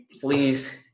please